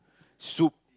soup